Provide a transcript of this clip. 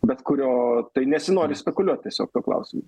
bet kurio tai nesinori spekuliuot tiesiog tuo klausimu